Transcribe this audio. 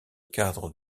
cadre